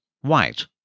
white